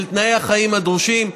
תנאי החיים הדרושים.